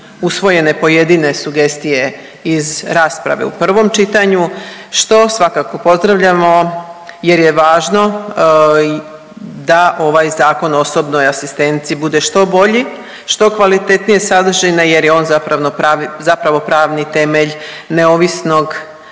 usvojene pojedine sugestije iz rasprave u prvom čitanju što svakako pozdravljamo jer je važno da ovaj Zakon o osobnoj asistenciji bude što bolji, što kvalitetnije sadržine jer je on zapravo pravni temelj neovisnog